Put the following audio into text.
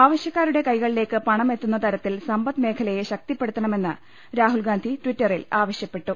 ആവശ്യക്കാരുടെ കൈക ളിലേക്ക് പണം എത്തുന്ന തരത്തിൽ സമ്പദ്മേഖലയെ ശക്തിപ്പെടു ത്തണമെന്ന് രാഹുൽ ഗാന്ധി ടിറ്ററിൽ ആവശ്യപ്പെട്ടു